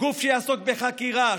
גוף שיעסוק בחקירה,